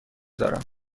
دارم